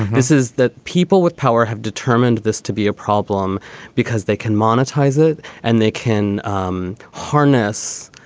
this is the people with power have determined this to be a problem because they can monetize it and they can um harness